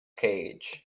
cage